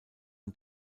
ein